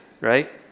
right